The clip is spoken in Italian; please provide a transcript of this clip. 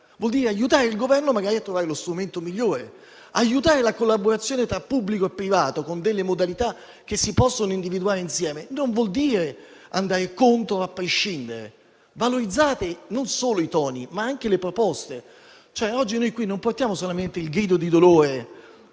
ma per aiutare il Governo magari a trovare strumenti migliori. Aiutare la collaborazione tra pubblico e privato con modalità che si possono individuare insieme non vuol dire andare contro a prescindere. Valorizzate non solo i toni, ma anche le proposte. Oggi qui non portiamo solamente il grido di dolore